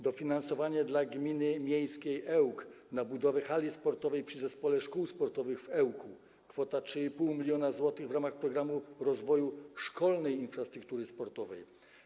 Dofinansowanie dla gminy miejskiej Ełk na budowę hali sportowej przy Zespole Szkół Sportowych w Ełku - kwota 3,5 mln zł w ramach „Programu rozwoju szkolnej infrastruktury sportowej”